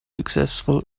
successful